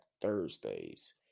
Thursdays